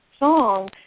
song